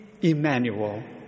Emmanuel